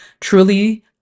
truly